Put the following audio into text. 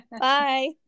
bye